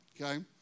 okay